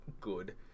good